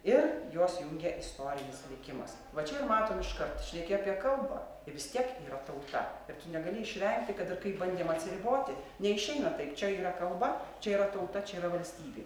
ir juos jungia istorinis likimas va čia ir matom iškart šneki apie kalbą ir vis tiek yra tauta ir tu negali išvengti kad ir kaip bandėm atsiriboti neišeina taip čia yra kalba čia yra tauta čia yra valstybė